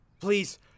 Please